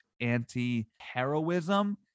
anti-heroism